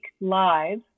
live